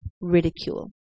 ridicule